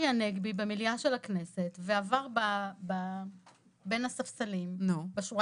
הסתובב צחי הנגבי במליאה של הכנסת ועבר בין הספסלים בשורה